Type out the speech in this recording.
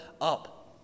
up